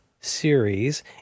series